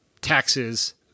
taxes